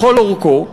לכל אורכו,